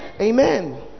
Amen